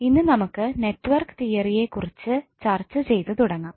ഇന്ന് നമുക്ക് നെറ്റ്വർക്ക് തിയറിയെ കുറിച്ച് ചർച്ച ചെയ്ത് തുടങ്ങാം